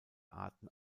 arten